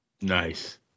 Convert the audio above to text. Nice